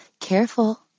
careful